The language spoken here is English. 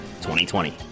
2020